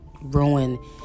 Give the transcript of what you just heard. ruin